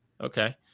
Okay